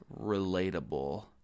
relatable